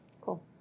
Cool